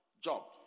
job